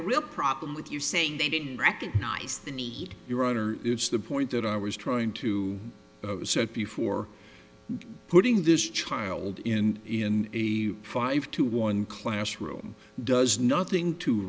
a real problem with you saying they didn't recognize the need your honor it's the point that i was trying to set before putting this child in a five to one classroom does nothing to